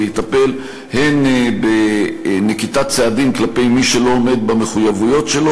ויטפל הן בנקיטת צעדים כלפי מי שלא עומד במחויבויות שלו